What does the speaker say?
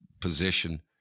position